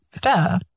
duh